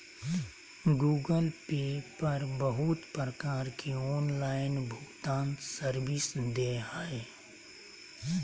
Google pay पर बहुत प्रकार के ऑनलाइन भुगतान सर्विस दे हय